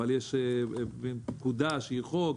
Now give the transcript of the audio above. אבל יש פקודה שהיא חוק.